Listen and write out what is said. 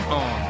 on